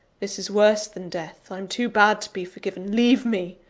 this is worse than death! i'm too bad to be forgiven leave me!